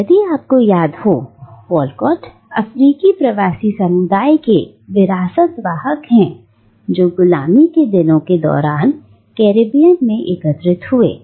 यदि आपको याद हो वॉलकॉट अफ्रीकी प्रवासी समुदाय के विरासत वाहक हैं जो गुलामी के दिनों के दौरान कैरेबियन ने एकत्रित हुए थे